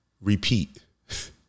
repeat